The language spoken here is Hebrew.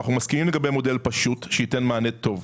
אנחנו מסכימים למודל פשוט, שייתן מענה טוב.